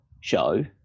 show